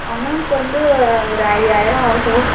amount வந்து ஒரு ஐயாயிரம் ஆகும்